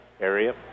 Area